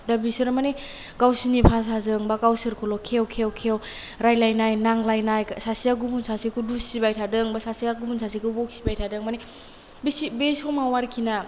दा बिसोर माने गावसोरनि बासाजों बा गावसोरखौल' खेव खेव खेव रायलायनाय नांलायनाय सासेया गुबुन सासेखौ दुसिबाय थादों बा सासेया गुबुन सासेखौ बखिबाय थादों माने बेसि बे समाव आरोखि ना